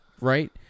Right